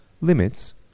Limits